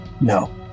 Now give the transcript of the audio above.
No